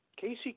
Casey